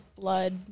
blood